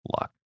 luck